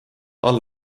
alla